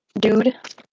dude